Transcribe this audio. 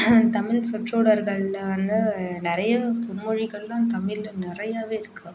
தமிழ் சொட்டொடற்களில் வந்து நிறைய பொன்மொழிகள் எல்லாம் தமிழில் நிறையாவே இருக்கு